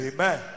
Amen